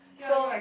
so